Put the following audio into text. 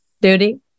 Duty